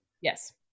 Yes